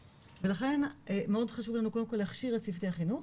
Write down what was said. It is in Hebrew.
ולכן מאוד חושב לנו קודם כל להכשיר את צוותי החינוך